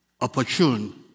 opportune